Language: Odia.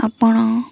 ଆପଣ